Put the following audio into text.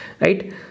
Right